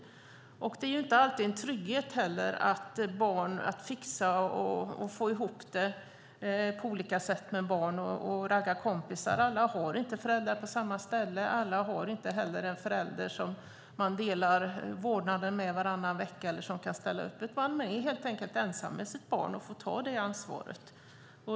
Det är heller inte alltid en trygghet att fixa och få ihop det på olika sätt med barn och ragga kompisar. Alla barn har inte föräldrar på samma ställe. Alla har inte heller föräldrar som delar vårdnaden veckovis och som kan ställa upp båda två. Vissa föräldrar är helt enkelt ensamma med sitt barn och får ta det ansvaret.